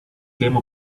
came